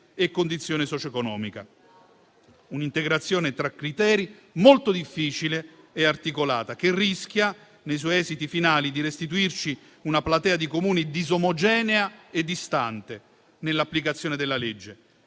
e condizione socioeconomica. Un'integrazione tra criteri molto difficile e articolata, che rischia, nei suoi esiti finali, di restituirci una platea di Comuni disomogenea e distante, nell'applicazione della legge,